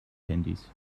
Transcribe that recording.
handys